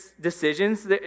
decisions